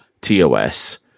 TOS